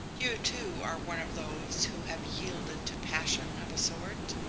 you, too, are one of those who have yielded to passion of a sort.